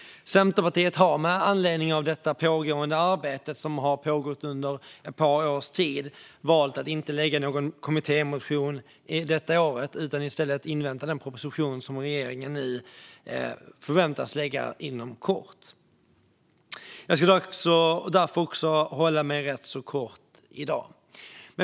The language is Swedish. Centerpartiet har med anledning av det pågående arbetet - det har pågått under ett par års tid - valt att inte lägga fram någon kommittémotion detta år utan i stället invänta den proposition som regeringen nu väntas lägga inom kort. Jag ska därför också fatta mig ganska kort i dag.